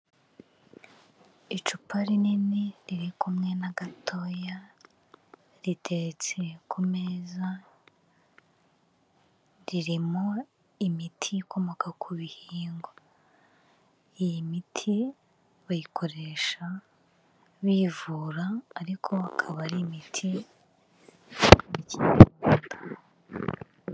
Icupa rinini riri kumwe n'agatoya, riteretse ku meza, ririmo imiti ikomoka ku bihingwa, iyi miti bayikoresha bivura ariko akaba ari imiti ya kinyarwanda.